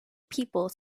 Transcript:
people